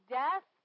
death